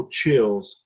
chills